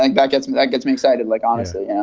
like that gets me that gets me excited, like, honestly yeah